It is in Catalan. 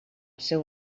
seu